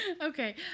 okay